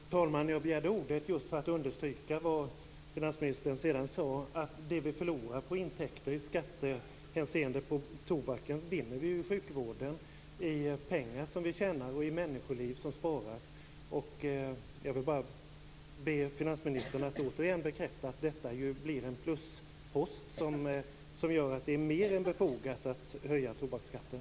Fru talman! Jag begärde ordet just för att understryka det som finansministern sedan sade, nämligen att det som vi förlorar på intäkter i skattehänseende på tobaken, vinner vi inom sjukvården. Vi tjänar både pengar och människoliv. Jag vill bara be finansministern att återigen bekräfta att detta blir en pluspost som gör att det är mer än befogat att höja tobaksskatten.